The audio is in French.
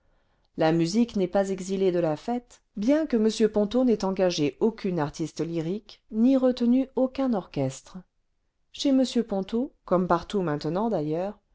la musique n'est pas exilée de la fête bien que m ponto n'ait engagé aucune artiste lyrique ni retenu aucun orchestre chez m ponto comme partout maintenant d'ailleurs